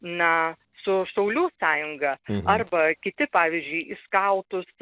na su šaulių sąjunga arba kiti pavyzdžiui į skautus